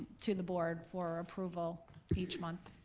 to the board for approval each month.